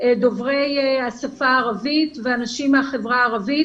דוברי השפה הערבית ואנשים מהחברה הערבית.